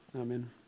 Amen